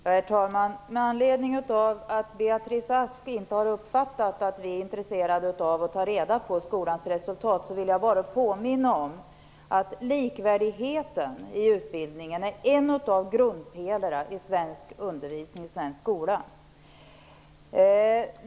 Herr talman! Med anledning av att Beatrice Ask inte har uppfattat att vi är intresserade av att ta reda på skolans resultat vill jag bara påminna om att likvärdigheten i utbildningen är en av grundpelarna i den svenska undervisningen och den svenska skolan.